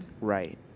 Right